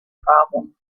problem